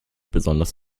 besonders